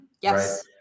Yes